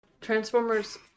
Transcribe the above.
Transformers